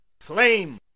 flame